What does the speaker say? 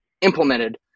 implemented